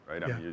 right